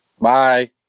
Bye